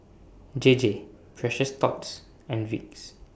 J J Precious Thots and Vicks